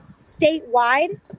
statewide